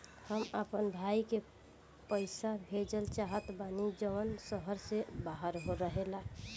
हम अपना भाई के पइसा भेजल चाहत बानी जउन शहर से बाहर रहेला